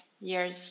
years